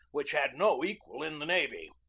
which had no equal in the navy.